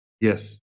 Yes